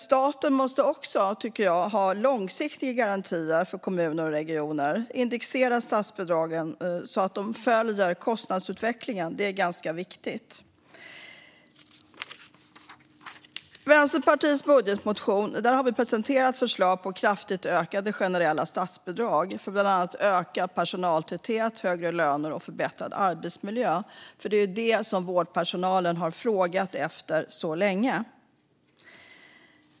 Staten måste också, tycker jag, ha långsiktiga garantier för kommuner och regioner och indexera statsbidragen så att de följer kostnadsutvecklingen. Det är ganska viktigt. I Vänsterpartiets budgetmotion har vi presenterat förslag på kraftigt ökade generella statsbidrag för bland annat ökad personaltäthet, högre löner och förbättrad arbetsmiljö. Det är det som vårdpersonalen länge har frågat efter.